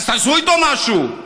אז תעשו איתו משהו.